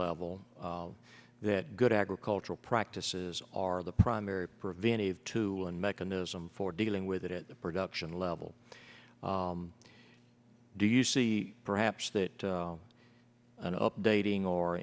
level that good agricultural practices are the primary preventive to an mechanism for dealing with it the production level do you see perhaps that and updating or